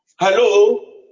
Hello